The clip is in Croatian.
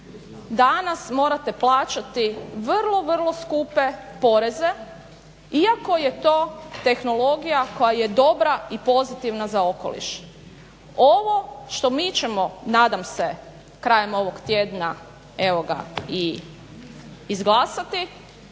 danas morate plaćati vrlo, vrlo skupe poreze iako je to tehnologija koja je dobra i pozitivna za okoliš. Ovo što mi ćemo nadam se krajem ovog tjedna i izglasati